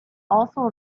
also